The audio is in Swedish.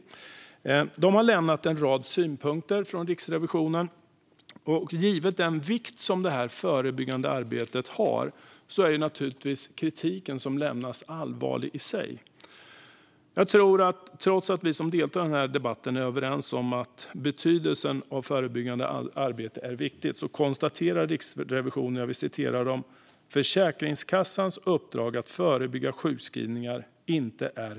Riksrevisionen har lämnat en rad synpunkter, och givet den vikt som det förebyggande arbetet har är naturligtvis kritiken som lämnas allvarlig i sig. Trots att vi som deltar i den här debatten är överens om att betydelsen av förebyggande arbete är viktigt konstaterar Riksrevisionen: "Försäkringskassans uppdrag att förebygga sjukskrivningar är inte tydligt.